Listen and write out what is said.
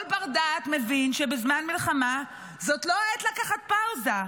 כל בר-דעת מבין שבזמן מלחמה זו לא העת לקחת פאוזה,